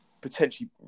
potentially